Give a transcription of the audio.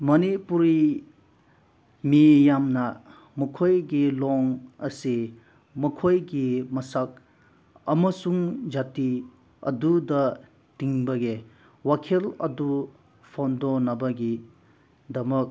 ꯃꯅꯤꯄꯨꯔꯤ ꯃꯤ ꯌꯥꯝꯅ ꯃꯈꯣꯏꯒꯤ ꯂꯣꯟ ꯑꯁꯤ ꯃꯈꯣꯏꯒꯤ ꯃꯁꯛ ꯑꯃꯁꯨꯡ ꯖꯥꯇꯤ ꯑꯗꯨꯗ ꯇꯤꯟꯕꯒꯦ ꯋꯥꯈꯜ ꯑꯗꯨ ꯐꯣꯡꯗꯣꯛꯅꯕꯒꯤꯗꯃꯛ